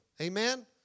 Amen